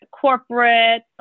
corporate